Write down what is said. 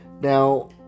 Now